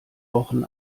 wochen